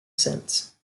since